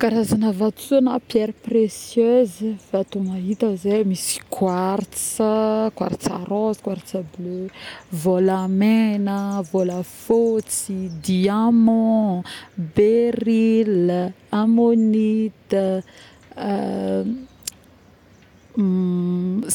karazagna vatosoa na pierre précieuse vato maita zay misy quartz quartz rose quartz bleu, vôlamegna, vôlafôtsy, diamant, beril,